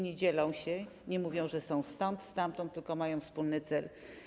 Nie dzielą się, nie mówią, że są stąd, stamtąd, tylko mają wspólny cel.